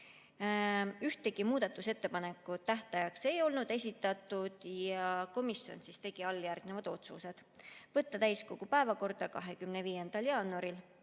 fond. Ühtegi muudatusettepanekut tähtajaks ei olnud esitatud ja komisjon tegi alljärgnevad otsused: võtta eelnõu täiskogu päevakorda 25. jaanuariks,